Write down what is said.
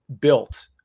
built